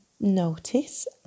notice